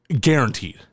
Guaranteed